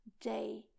day